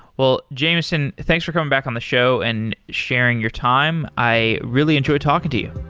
well, jameson, thanks for coming back on the show and sharing your time. i really enjoyed talking to you.